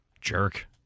Jerk